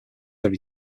every